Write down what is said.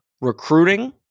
Recruiting